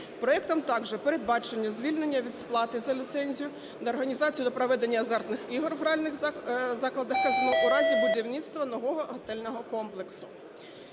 Проектом також передбачено звільнення від сплати за ліцензію на організацію для проведення азартних ігор в гральних закладах казино у разі будівництва нового готельного комплексу.